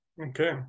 Okay